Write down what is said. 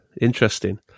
interesting